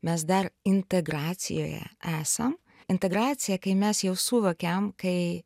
mes dar integracijoje esam integracija kai mes jau suvokiam kai